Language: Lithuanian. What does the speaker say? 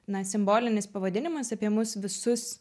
na simbolinis pavadinimas apie mus visus